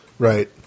Right